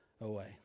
away